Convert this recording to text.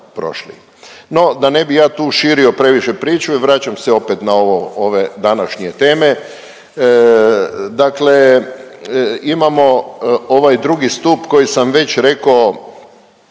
No da ne bi ja tu širio previše priču vraćam se opet na ovo, ove današnje teme. Dakle imamo ovaj II. stup koji sam već rekao